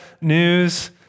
news